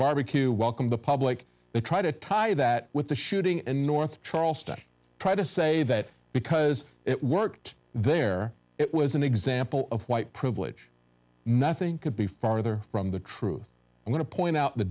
barbecue welcome the public to try to tie that with the shooting and north charleston try to say that because it worked there it was an example of white privilege nothing could be farther from the truth going to point out the